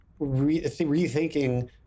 rethinking